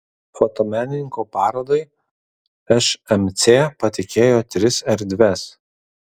fotomenininko parodai šmc patikėjo tris erdves